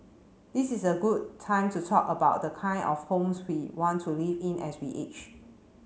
this is a good time to talk about the kind of homes we want to live in as we age